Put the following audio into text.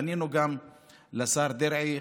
פנינו גם לשר דרעי,